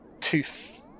tooth